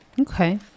Okay